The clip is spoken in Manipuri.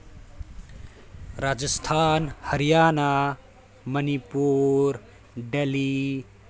ꯔꯥꯖꯁꯊꯥꯟ ꯍꯔꯤꯌꯥꯅꯥ ꯃꯅꯤꯄꯨꯔ ꯗꯦꯜꯂꯤ